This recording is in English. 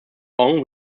long